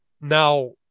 Now